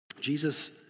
Jesus